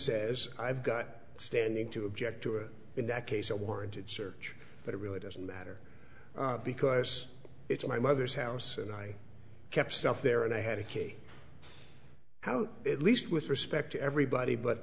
says i've got standing to object to it in that case a word search but it really doesn't matter because it's my mother's house and i kept stuff there and i had a case how at least with respect to everybody but